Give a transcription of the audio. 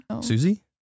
Susie